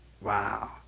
Wow